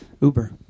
Uber